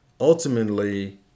ultimately